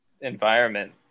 environment